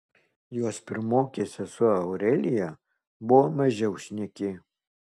jos pirmokė sesuo aurelija buvo mažiau šneki